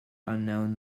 unknown